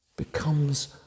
becomes